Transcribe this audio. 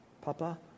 Papa